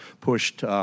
pushed